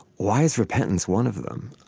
why is repentance one of them?